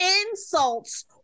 insults